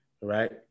right